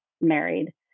married